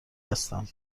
هستم